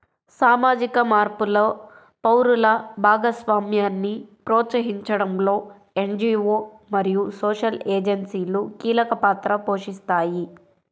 సామాజిక మార్పులో పౌరుల భాగస్వామ్యాన్ని ప్రోత్సహించడంలో ఎన్.జీ.వో మరియు సోషల్ ఏజెన్సీలు కీలక పాత్ర పోషిస్తాయి